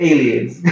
Aliens